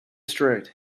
straight